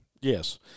Yes